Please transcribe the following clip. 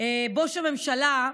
בוש הממשלה,